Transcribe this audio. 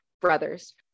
brothers